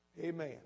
Amen